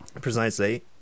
Precisely